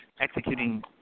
executing